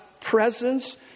presence